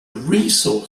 resource